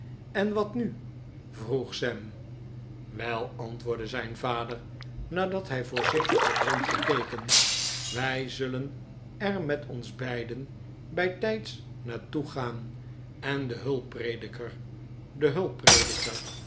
en wat nu vroeg sam wel antwoordde zijn vader nadat hij voorzichtig had rondgekeken wij zullen er met ons beiden bijtijds naar toe gaan en de hulpprediker de